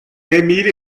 émile